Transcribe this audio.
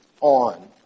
On